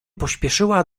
pośpieszyła